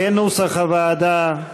כנוסח הוועדה,